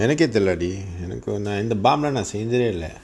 எனக்கும் தெரில டி:enakum therila di bump நானும் செஞ்சதே இல்ல:naanum senjathe illa